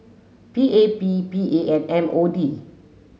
P A P P A and M O D